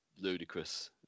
ludicrous